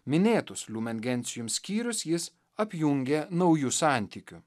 minėtus lumen gentium skyrius jis apjungė nauju santykiu